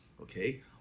okay